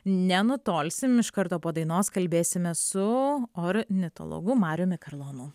nenutolsim iš karto po dainos kalbėsimes su ornitologu mariumi karlonu